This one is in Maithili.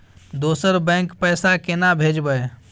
दोसर बैंक पैसा केना भेजबै?